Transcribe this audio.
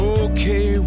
okay